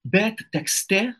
bet tekste